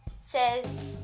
says